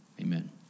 Amen